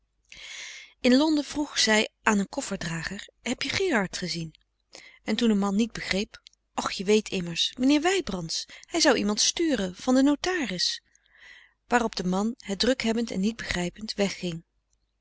in londen vroeg zij aan een koffer drager heb je gerard gezien en toen de man niet begreep och je weet immers mijnheer wybrands hij zou iemand sturen van den notaris waarop de man het druk frederik van eeden van de koele meren des doods hebbend en niet begrijpend wegging